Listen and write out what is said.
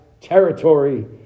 territory